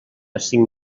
cinc